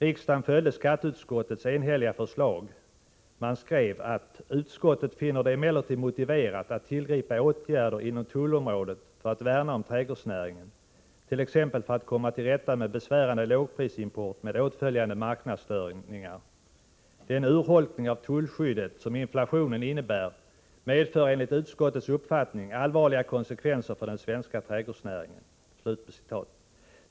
Riksdagen följde skatteutskottets enhälliga förslag. Man skrev att ”utskottet finner det emellertid motiverat att tillgripa åtgärder inom tullområdet för att värna om trädgårdsnäringen, t.ex. för att komma till rätta med besvärande lågprisimport med åtföljande marknadsstörningar. Den urholkning av tullskyddet som inflationen innebär medför enligt utskottets uppfattning allvarliga konsekvenser för den svenska trädgårdsodlingen”.